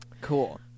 Cool